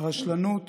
הרשלנות